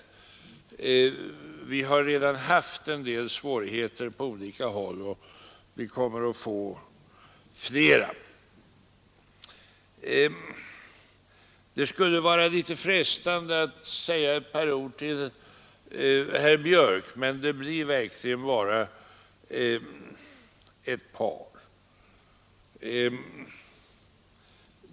Vi har redan haft en del svårigheter på olika håll, och vi kommer att få fler. Det är litet frestande att säga ett par ord till herr Björk i Göteborg, men det blir verkligen bara ett par.